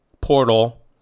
portal